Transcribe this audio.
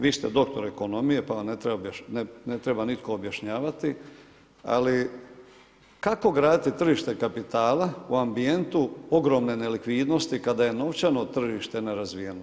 Vi ste doktor ekonomije pa vam ne treba nitko objašnjavati ali kako graditi tržište kapitala u ambijentu ogromne nelikvidnosti kada je novčano tržište nerazvijeno?